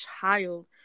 child